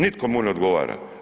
Nitko mu ne odgovara.